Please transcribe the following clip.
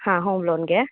ಹಾಂ ಹೋಮ್ ಲೋನಿಗೆ